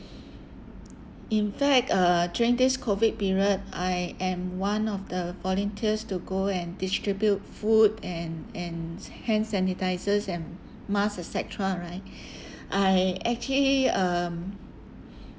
in fact uh during this COVID period I am one of the volunteers to go and distribute food and and hand sanitizers and mask et cetera right I actually um